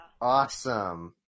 Awesome